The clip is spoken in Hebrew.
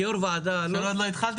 כיו"ר ועדה אני, עוד לא התחלתי.